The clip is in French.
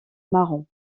marron